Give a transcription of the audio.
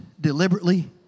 deliberately